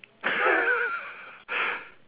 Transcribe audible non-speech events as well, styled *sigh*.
*laughs*